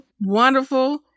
wonderful